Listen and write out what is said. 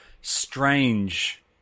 strange